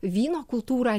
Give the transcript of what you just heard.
vyno kultūrą